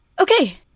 Okay